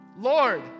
Lord